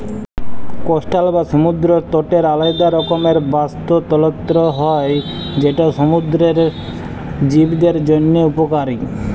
coastal বা সমুদ্দর তটের আলেদা রকমের বাস্তুতলত্র হ্যয় যেট সমুদ্দুরের জীবদের জ্যনহে উপকারী